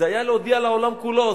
זה היה להודיע לעולם כולו,